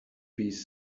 piece